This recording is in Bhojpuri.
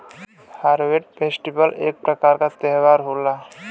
हार्वेस्ट फेस्टिवल एक प्रकार क त्यौहार होला